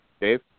Dave